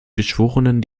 geschworenen